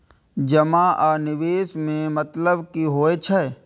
जमा आ निवेश में मतलब कि होई छै?